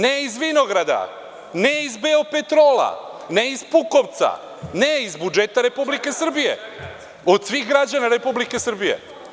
Ne iz vinograda, ne iz „Beopetrola“, ne iz Pukovca, ne, nego iz budžeta Republike Srbije, od svih građana Republike Srbije.